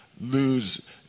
lose